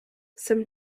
some